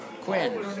Quinn